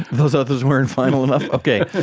those others weren't final enough? okay!